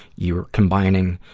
you're combining,